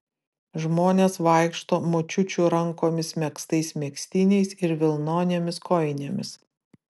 žmonės vaikšto močiučių rankomis megztais megztiniais ir vilnonėmis kojinėmis